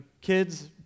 Kids